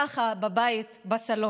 ככה, בבית, בסלון.